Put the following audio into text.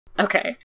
Okay